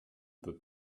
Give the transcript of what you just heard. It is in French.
peut